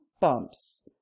bumps